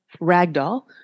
ragdoll